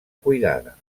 cuidada